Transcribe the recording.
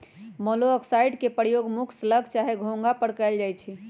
मोलॉक्साइड्स के प्रयोग मुख्य स्लग चाहे घोंघा पर कएल जाइ छइ